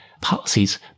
policies